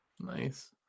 Nice